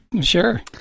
Sure